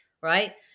right